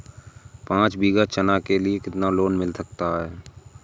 पाँच बीघा चना के लिए कितना लोन मिल सकता है?